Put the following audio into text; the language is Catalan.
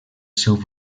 seu